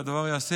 והדבר ייעשה